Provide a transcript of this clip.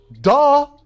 Duh